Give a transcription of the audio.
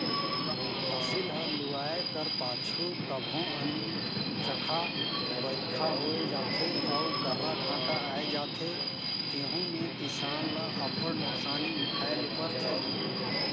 फसिल हर लुवाए कर पाछू कभों अनचकहा बरिखा होए जाथे अउ गर्रा घांटा आए जाथे तेहू में किसान ल अब्बड़ नोसकानी उठाए ले परथे